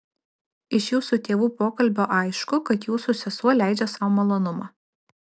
iš jūsų tėvų pokalbio aišku kad jūsų sesuo leidžia sau malonumą